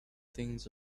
things